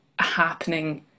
happening